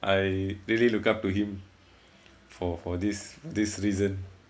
I really look up to him for for this this reason